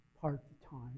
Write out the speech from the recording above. part-time